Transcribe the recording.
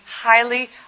highly